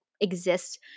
exists